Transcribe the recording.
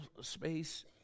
space